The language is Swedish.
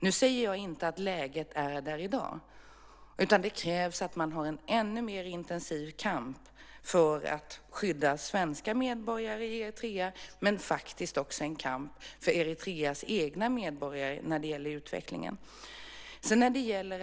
Nu säger jag inte att läget är sådant i dag. Det krävs i stället en ännu intensivare kamp för att skydda svenska medborgare i Eritrea, men också en kamp för Eritreas egna medborgare när det gäller utvecklingen där.